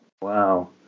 Wow